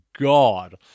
God